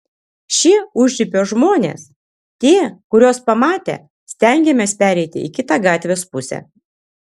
šie užribio žmonės tie kuriuos pamatę stengiamės pereiti į kitą gatvės pusę